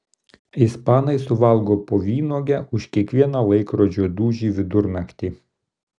ispanai suvalgo po vynuogę už kiekvieną laikrodžio dūžį vidurnaktį